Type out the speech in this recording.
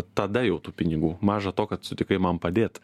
tada jau tų pinigų maža to kad sutikai man padėt